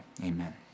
Amen